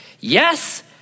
Yes